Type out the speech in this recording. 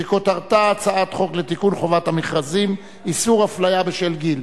וכותרתה: הצעת חוק לתיקון חובת המכרזים (איסור אפליה בשל גיל).